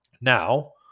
Now